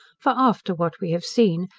for after what we have seen,